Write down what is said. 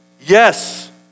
yes